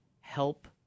help